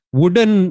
wooden